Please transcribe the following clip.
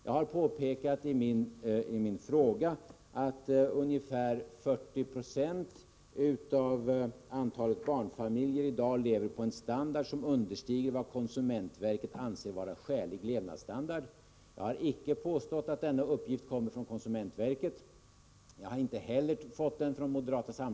Jag har påpekat i min fråga att ungefär 40 96 av antalet barnfamiljer i dag lever på en standard som understiger vad konsumentverket anser vara skälig levnadsstandard. Jag har inte påstått att denna uppgift kommer från konsumentverket. Jag har inte heller fått den från moderaterna.